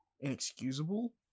inexcusable